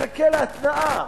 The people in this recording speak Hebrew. מחכה להתנעה,